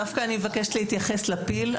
דווקא אני מבקשת להתייחס לפיל.